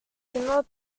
similar